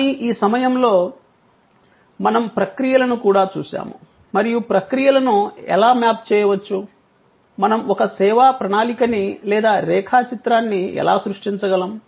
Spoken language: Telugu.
కానీ ఈ సమయంలో మనం ప్రక్రియలను కూడా చూశాము మరియు ప్రక్రియలను ఎలా మ్యాప్ చేయవచ్చు మనం ఒక సేవా ప్రణాళికని లేదా రేఖా చిత్రాన్ని ఎలా సృష్టించగలం